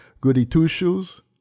Goody-two-shoes